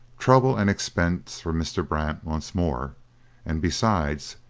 trouble and expense for mr. brant once more and, besides,